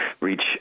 reach